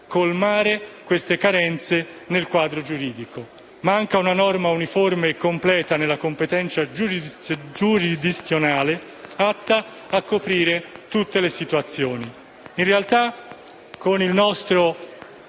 colmare tali carenze nel quadro giuridico. Manca una norma uniforme e completa nelle competenza giurisdizionale atta a coprire tutte le situazioni. In realtà, nella nostra